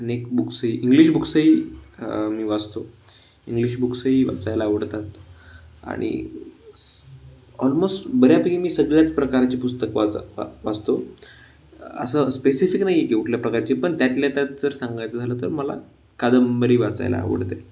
अनेक बुक्सही इंग्लिश बुक्सही मी वाचतो इंग्लिश बुक्सही वाचायला आवडतात आणि स् ऑलमोस्ट बऱ्यापैकी मी सगळ्याच प्रकारचे पुस्तक वाच वा वाचतो असं स्पेसिफिक नाही आहे की कुठल्या प्रकारचे पण त्यातल्या त्यात जर सांगायचं झालं तर मला कादंबरी वाचायला आवडते